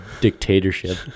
dictatorship